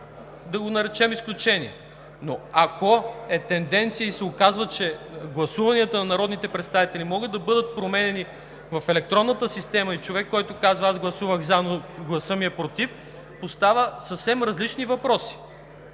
да го наречем изключение. Но ако е тенденция и се оказва, че гласуванията на народните представители могат да бъдат променяни в електронната система и човек, който казва: „Аз гласувах „за“, но гласът ми е „против“, поставя съвсем различни въпроси,